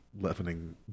leavening